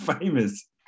famous